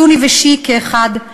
סוני ושיעי כאחד,